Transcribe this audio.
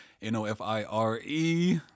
N-O-F-I-R-E